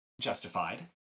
justified